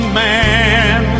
man